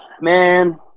Man